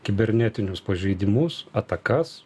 kibernetinius pažeidimus atakas